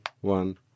one